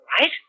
right